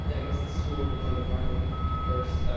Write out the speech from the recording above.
yeah guess the school, the film department first.